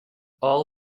all